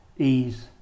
Ease